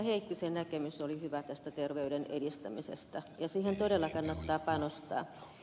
heikkisen näkemys oli hyvä tästä terveyden edistämisestä ja siihen todella kannattaa panostaa